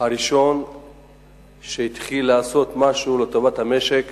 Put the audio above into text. הראשון שהתחיל לעשות משהו לטובת המשק